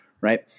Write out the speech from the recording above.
Right